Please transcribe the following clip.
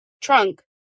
trunk